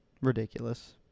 Ridiculous